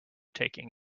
taking